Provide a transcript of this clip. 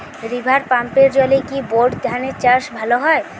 River পাম্পের জলে কি বোর ধানের চাষ ভালো হয়?